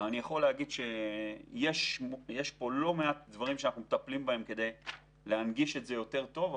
יש פה לא מעט דברים שאנחנו מטפלים בהם כדי להנגיש את זה יותר טוב,